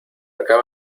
acaba